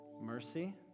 Mercy